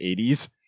80s